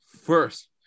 First